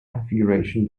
configuration